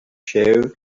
show